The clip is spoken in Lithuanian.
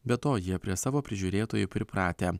be to jie prie savo prižiūrėtojų pripratę